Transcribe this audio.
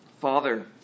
father